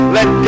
Let